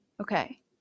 Okay